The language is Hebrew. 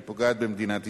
שפוגעת במדינת ישראל.